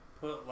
put